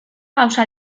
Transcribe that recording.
gauza